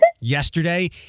yesterday